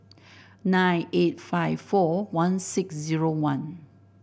nine eight five four one six zero one